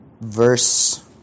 verse